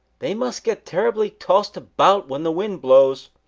they must get terribly tossed about when the wind blows.